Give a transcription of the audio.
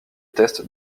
test